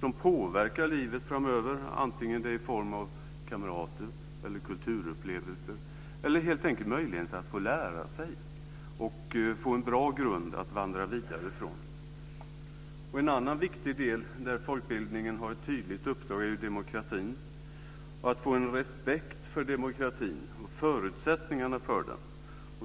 som påverkar livet framöver. Det kan handla om kamrater eller kulturupplevelser eller helt enkelt om möjligheten att få lära sig och att få en bra grund att vandra vidare från. En annan viktig del där folkbildningen har ett tydligt uppdrag är demokratin, att få respekt för demokratin och förutsättningarna för den.